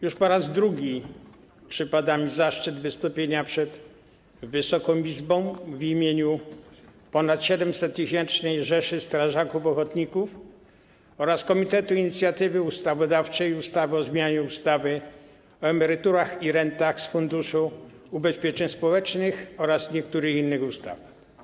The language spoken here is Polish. Już po raz drugi przypada mi zaszczyt wystąpienia przed Wysoką Izbą w imieniu ponad 700-tysięcznej rzeszy strażaków ochotników oraz Komitetu Inicjatywy Ustawodawczej ustawy o zmianie ustawy o emeryturach i rentach z Funduszu Ubezpieczeń Społecznych oraz niektórych innych ustaw.